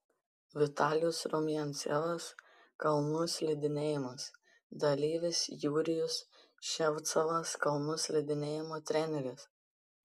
vitalijus rumiancevas kalnų slidinėjimas dalyvis jurijus ševcovas kalnų slidinėjimo treneris